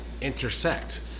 intersect